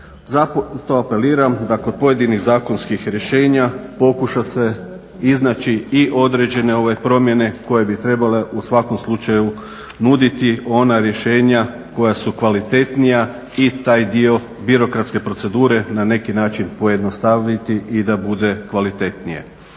Zato apeliram da kod pojedinih zakonskih rješenja pokuša se iznaći određene promjene koje bi trebale u svakom slučaju nuditi ona rješenja koja su kvalitetnija i taj dio birokratske procedure na neki način pojednostaviti i da bude kvalitetnije.